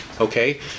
Okay